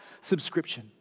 subscription